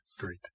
Great